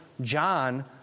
John